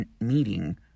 meeting